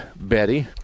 Betty